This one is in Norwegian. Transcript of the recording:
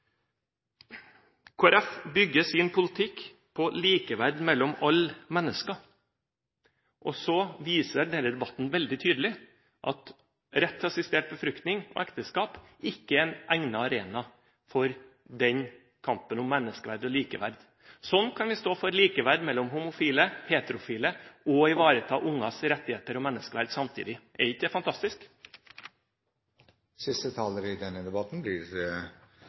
bygger sin politikk på likeverd mellom alle mennesker. Så viser denne debatten veldig tydelig at rett til assistert befruktning og ekteskap ikke er en egnet arena for den kampen om menneskeverd og likeverd. Sånn kan vi stå for likeverd mellom homofile, heterofile og ivareta barns rettigheter og menneskeverd samtidig. Er ikke det fantastisk?